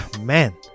man